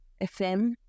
FM